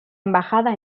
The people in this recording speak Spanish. embajada